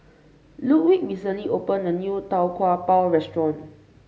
Ludwig recently opened a new Tau Kwa Pau restaurant